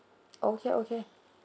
okay okay